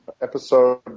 episode